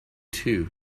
too